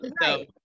right